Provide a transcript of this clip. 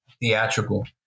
theatrical